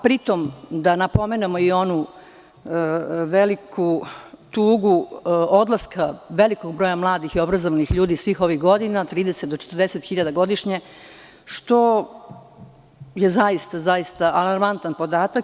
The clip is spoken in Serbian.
Pri tome, da napomenem i onu veliku tugu odlaska velikog broja mladih i obrazovnih ljudi svih ovih godina, 30 do 40 hiljada godišnje, što je zaista alarmantan podatak.